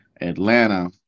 Atlanta